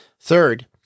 Third